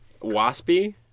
Waspy